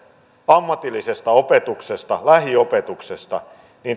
ammatillisesta opetuksesta lähiopetuksesta